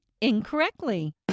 Incorrectly